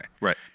Right